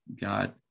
God